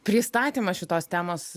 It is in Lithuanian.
pristatymą šitos temos